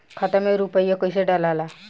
खाता में रूपया कैसे डालाला?